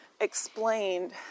explained